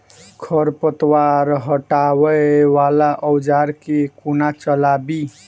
खरपतवार हटावय वला औजार केँ कोना चलाबी?